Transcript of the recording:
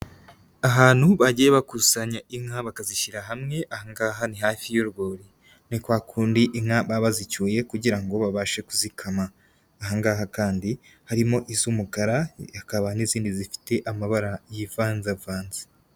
Ahantu bagiye bakusanya inka bakazishyira hamwe, ahangaha ni hafi y'urwuri. Ni kwa kundi inka baba bazicyuye kugira ngo babashe kuzikama, ahangaha kandi harimo iz'umukara hakaba n'izindi zifite amabara y'ivangavanze.